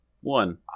One